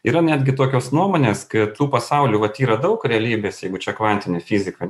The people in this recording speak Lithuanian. yra netgi tokios nuomonės kad tų pasaulių vat yra daug realybės jeigu čia kvantinė fizika